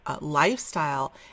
lifestyle